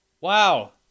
wow